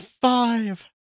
five